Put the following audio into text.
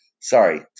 Sorry